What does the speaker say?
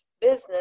business